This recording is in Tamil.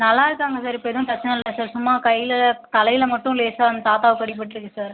நல்லாயிருக்காங்க சார் இப்போ எதுவும் பிரச்சனை இல்லை சார் சும்மா கையில் தலையில் மட்டும் லேசாக அந்த தாத்தாவுக்கு அடிப்பட்டிருக்கு சார்